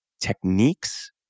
techniques